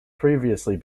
previously